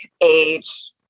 age